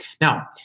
Now